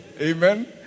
amen